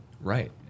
Right